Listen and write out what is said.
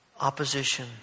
opposition